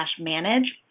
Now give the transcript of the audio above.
manage